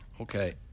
Okay